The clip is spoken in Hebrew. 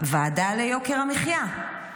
ועדה ליוקר המחיה.